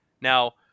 Now